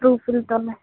ప్రూఫ్లతోని